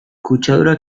kutsadura